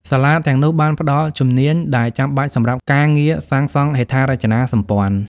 សាលាទាំងនោះបានផ្តល់ជំនាញដែលចាំបាច់សម្រាប់ការងារសាងសង់ហេដ្ឋារចនាសម្ព័ន្ធ។